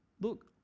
look